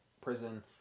prison